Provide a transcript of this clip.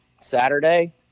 saturday